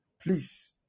Please